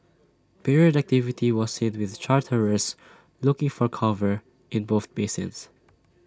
period activity was seen with charterers looking for cover in both basins